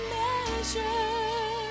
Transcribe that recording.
measure